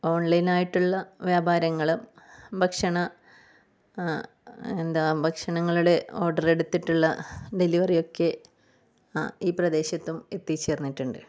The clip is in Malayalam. ഓൺലൈൻ ആയിട്ടുള്ള വ്യാപാരങ്ങളും ഭക്ഷണ എന്താണ് ഭക്ഷണങ്ങളുടെ ഓർഡർ എടുത്തിട്ടുള്ള ഡെലിവറി ഒക്കെ ഈ പ്രദേശത്തും എത്തി ചേർന്നിട്ടുണ്ട്